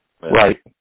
Right